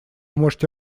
можете